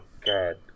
God